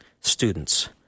Students